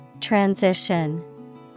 Transition